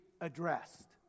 addressed